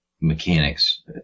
mechanics